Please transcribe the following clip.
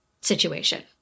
situation